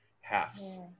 halves